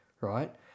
right